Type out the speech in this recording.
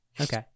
Okay